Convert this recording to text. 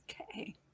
okay